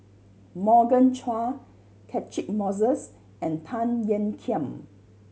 Morgan Chua Catchick Moses and Tan Ean Kiam